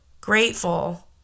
grateful